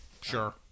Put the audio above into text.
Sure